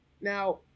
Now